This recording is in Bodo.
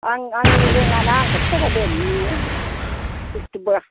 आं आं रोङाना आंखौ थगायदों नोङो बस्थु बया